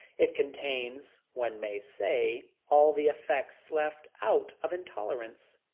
it contains, one may say, all the effects left out of intolerance.